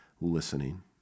listening